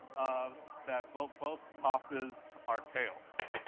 um that both both tosses are tails?